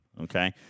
okay